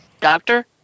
Doctor